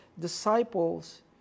disciples